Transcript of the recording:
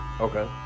Okay